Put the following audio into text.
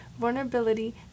vulnerability